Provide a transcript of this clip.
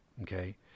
Okay